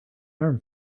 arm